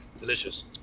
Delicious